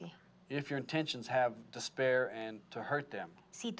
the if your intentions have despair and to hurt them see